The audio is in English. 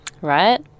Right